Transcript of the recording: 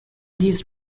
this